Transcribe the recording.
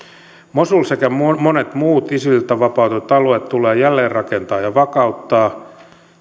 mosul sekä monet muut isililtä vapautetut alueet tulee jälleenrakentaa ja vakauttaa